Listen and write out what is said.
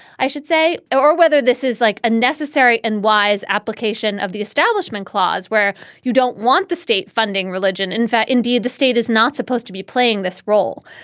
i should say, or whether this is like a necessary and wise application of the establishment clause where you don't want the state funding religion. in fact, indeed, the state is not supposed to be playing this role.